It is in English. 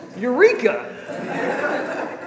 Eureka